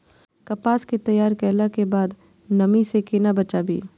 कपास के तैयार कैला कै बाद नमी से केना बचाबी?